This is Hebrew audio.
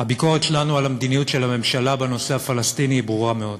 הביקורת שלנו על המדיניות של הממשלה בנושא הפלסטיני היא ברורה מאוד.